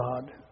God